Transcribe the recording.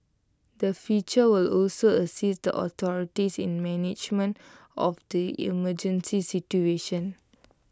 the feature will also assist the authorities in the management of the emergency situation